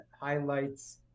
highlights